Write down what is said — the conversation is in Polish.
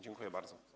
Dziękuję bardzo.